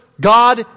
God